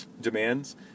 demands